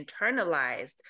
internalized